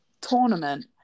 tournament